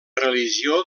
religió